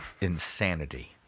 insanity